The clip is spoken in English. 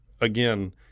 again